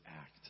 act